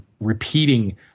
repeating